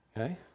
Okay